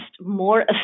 more